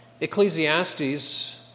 Ecclesiastes